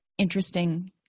interesting